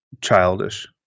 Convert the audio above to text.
childish